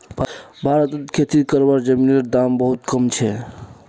भारतत खेती करवार जमीनेर दाम बहुत कम छे